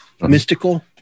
Mystical